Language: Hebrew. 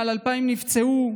מעל 2,000 נפצעו,